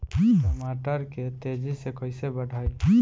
टमाटर के तेजी से कइसे बढ़ाई?